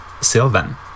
Sylvan